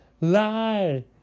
lie